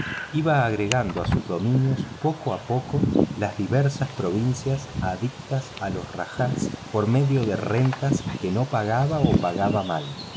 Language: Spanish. iba agregando a sus dominios poco a poco las diversas provincias adictas a los rajaes por medio de rentas que no pagaba o pagaba mal